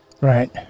right